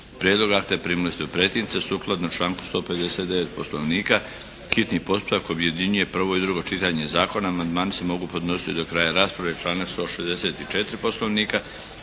Prijedlog akta primili ste u pretince. Sukladno članku 159. Poslovnika hitni postupak objedinjuje prvo i drugo čitanje zakona. Amandmani se mogu podnositi do kraja rasprave, članak 164. Poslovnika.